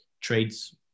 trades